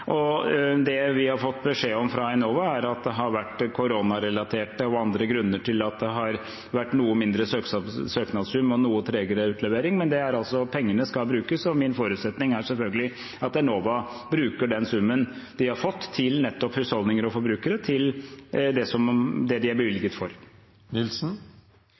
Det vi har fått beskjed om fra Enova, er at det har vært koronarelaterte og andre grunner til at det har vært noe mindre søknadssum og noe tregere utlevering. Men pengene skal brukes, og min forutsetning er selvfølgelig at Enova bruker den summen de har fått til nettopp husholdninger og forbrukere, til det den er bevilget for. Jeg setter pris på å høre det